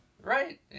Right